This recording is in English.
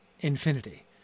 infinity